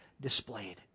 displayed